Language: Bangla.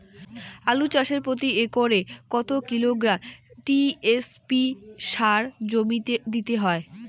আলু চাষে প্রতি একরে কত কিলোগ্রাম টি.এস.পি সার জমিতে দিতে হয়?